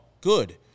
Good